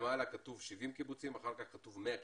למעלה כתוב "70 קיבוצים" ואחר כך כתוב "100 קיבוצים".